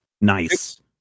Nice